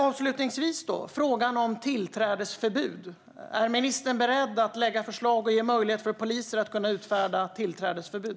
Avslutningsvis: Är ministern beredd att lägga fram förslag och ge poliser möjlighet att utfärda tillträdesförbud?